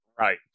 right